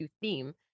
theme